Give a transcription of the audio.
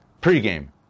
Pre-game